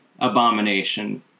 abomination